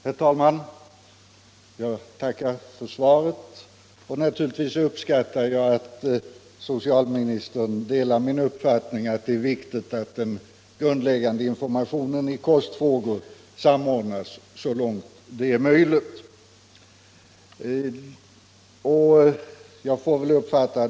Herr talman! Jag tackar för svaret. Naturligtvis uppskattar jag att socialministern delar min uppfattning att det är viktigt att den grundläggande informationen i kostfrågor samordnas så långt möjligt.